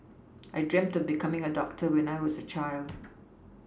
I dreamt becoming a doctor when I was a child